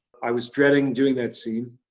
i was dreading doing that scene.